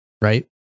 right